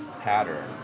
pattern